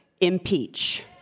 impeach